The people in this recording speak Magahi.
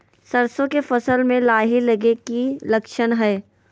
सरसों के फसल में लाही लगे कि लक्षण हय?